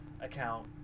account